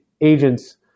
agents